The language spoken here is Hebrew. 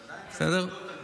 ועדיין צריך להודות על זה.